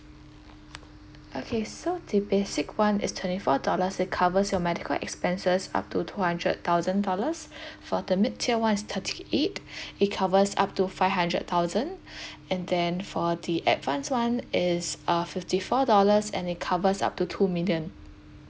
okay so the basic one is twenty four dollars it covers your medical expenses up to two hundred thousand dollars for the mid tier one is thirty eight it covers up to five hundred thousand and then for the advanced one it's uh fifty four dollars and it covers up to two million